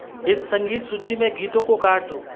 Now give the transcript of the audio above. इस संगीत सूची में गीतों को काट दो